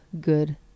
good